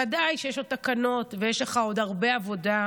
ודאי שיש עוד תקנות, ויש לך עוד הרבה עבודה,